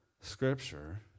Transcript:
Scripture